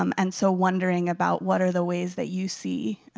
um and so wondering about, what are the ways that you see